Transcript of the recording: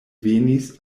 venis